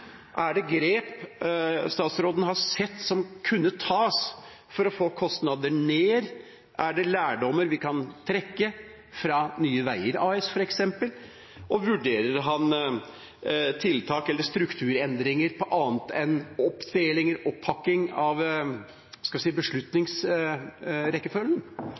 statsråden sett grep som kan tas for å få ned kostnader? Er det lærdommer vi kan trekke fra Nye veier AS, f.eks.? Vurderer han tiltak eller strukturendringer på annet enn oppdeling og opphakking av